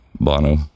Bono